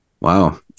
Wow